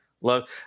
love